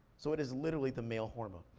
so it is literally the male hormone.